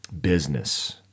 business